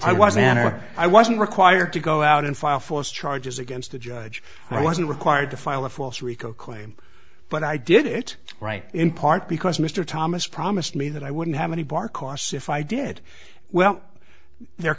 or i wasn't required to go out and file false charges against a judge i wasn't required to file a false rico claim but i did it right in part because mr thomas promised me that i wouldn't have any bar costs if i did well their